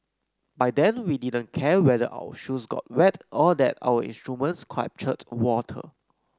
by then we didn't care whether our shoes got wet or that our instruments captured water